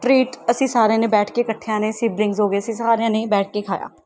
treat ਅਸੀਂ ਸਾਰਿਆਂ ਨੇ ਬੈਠ ਕੇ ਇਕੱਠਿਆਂ ਨੇ ਅਸੀਂ ਡਰਿੰਕਜ਼ ਹੋ ਗਏ ਅਸੀਂ ਸਾਰਿਆਂ ਨੇ ਹੀ ਬੈਠ ਕੇ ਖਾਇਆ